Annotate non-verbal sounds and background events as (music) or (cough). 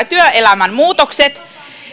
(unintelligible) työelämän muutokset